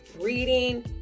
reading